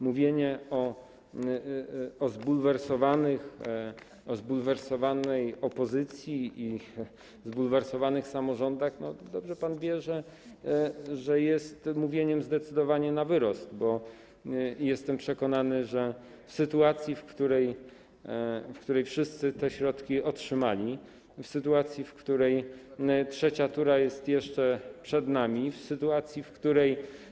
Mówienie o zbulwersowanej opozycji i zbulwersowanych samorządach, dobrze pan wie, jest mówieniem zdecydowanie na wyrost, bo jestem przekonany, że w sytuacji, w której wszyscy te środki otrzymali, w sytuacji, w której trzecia tura jest jeszcze przed nami, w sytuacji, w której.